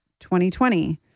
2020